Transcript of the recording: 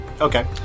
Okay